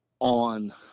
on